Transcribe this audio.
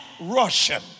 Russian